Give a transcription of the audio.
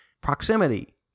proximity